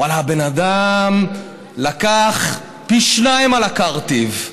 ואללה, הבן אדם לקח פי שניים על הקרטיב.